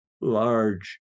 large